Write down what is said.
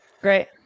Great